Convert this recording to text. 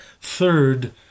Third